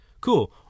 cool